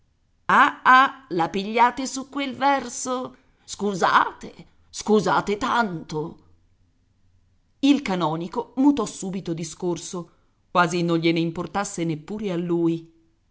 ah la pigliate su quel verso scusate scusate tanto il canonico mutò subito discorso quasi non gliene importasse neppure a lui